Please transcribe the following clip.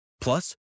Plus